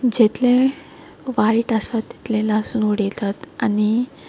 जितलें वायट आसा तितलें लासून उडयतात आनी